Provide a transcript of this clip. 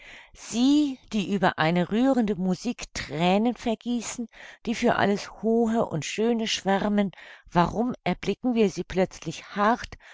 sie die über eine rührende musik thränen vergießen die für alles hohe und schöne schwärmen warum erblicken wir sie plötzlich hart